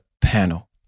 panel